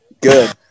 good